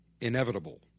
inevitable